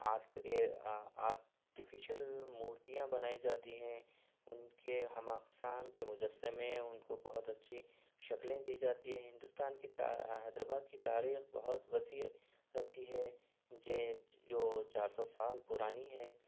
آرف artificial مورتیاں بنائی جاتی ہیں ان کے ہم اقسام کے مجسمے ان کو بہت اچھی شکلیں دی جاتی ہیں ہندوستان کی تا حیدرآباد کی تاریخ بہت وسیع رکھتی ہے جو چار سو سال پرانی ہے